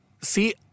see